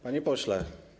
Panie Pośle!